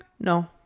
No